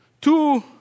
two